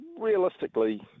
realistically